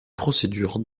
procédure